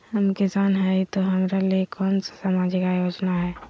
हम किसान हई तो हमरा ले कोन सा सामाजिक योजना है?